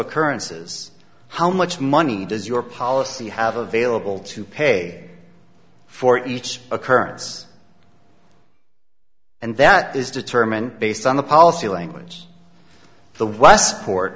occurrences how much money does your policy have available to pay for each occurrence and that is determined based on the policy language the westport